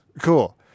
Cool